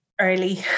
early